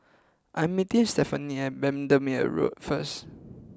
I am meeting Stefanie at Bendemeer Road first